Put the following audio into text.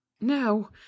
No